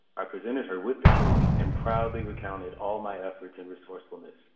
i presented her with the cake and proudly recounted all my efforts and resourcefulness.